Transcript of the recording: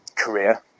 career